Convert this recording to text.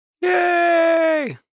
Yay